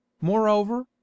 Moreover